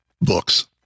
books